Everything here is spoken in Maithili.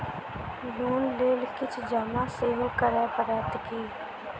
लोन लेल किछ जमा सेहो करै पड़त की?